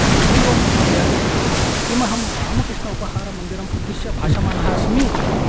हरि ओं महोदय किं अहं रामकृष्ण उपहारमन्दिरम् उद्दिश्य भाषमाणः अस्मि